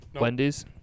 Wendy's